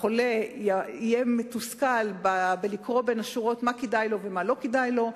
החולה יהיה מתוסכל בקריאה בין השורות מה כדאי לו ומה לא כדאי לו.